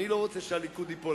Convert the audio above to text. אני לא רוצה שהליכוד ייפול.